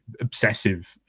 obsessive